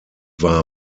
war